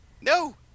No